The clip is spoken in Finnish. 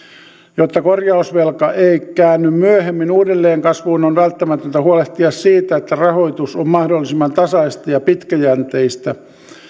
jotta korjausvelka ei käänny myöhemmin uudelleen kasvuun on välttämätöntä huolehtia siitä että rahoitus on mahdollisimman tasaista ja pitkäjänteistä